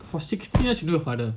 for six years lots of hurdles in my life